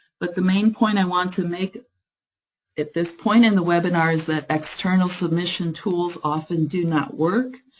but the main point i want to make at this point in the webinar is that external submission tools often do not work,